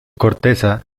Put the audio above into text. corteza